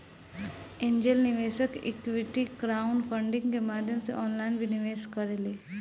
angel निवेशक equity crowdfunding के माध्यम से ऑनलाइन भी निवेश करेले